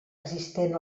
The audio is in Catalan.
existent